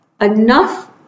enough